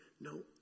no